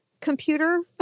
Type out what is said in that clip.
computer